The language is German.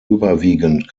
überwiegend